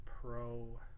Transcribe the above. Pro